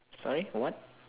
sorry what